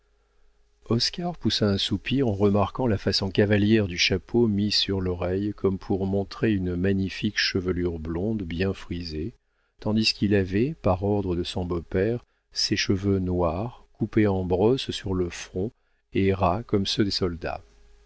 oscar poussa un soupir en remarquant la façon cavalière du chapeau mis sur l'oreille comme pour montrer une magnifique chevelure blonde bien frisée tandis qu'il avait par l'ordre de son beau-père ses cheveux noirs coupés en brosse sur le front et ras comme ceux des soldats